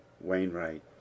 Wainwright